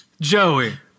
Joey